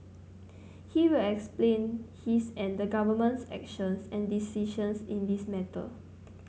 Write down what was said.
he will explain his and the Government's actions and decisions in this matter